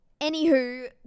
Anywho